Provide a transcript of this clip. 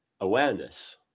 awareness